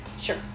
Sure